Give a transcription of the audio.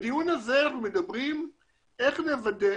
בדיון הזה אנחנו מדברים איך נוודא